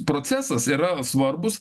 procesas yra svarbūs